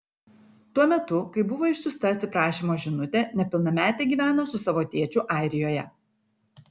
tuo metu kai buvo išsiųsta atsiprašymo žinutė nepilnametė gyveno su savo tėčiu airijoje